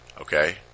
okay